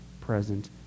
present